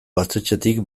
gaztetxetik